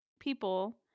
people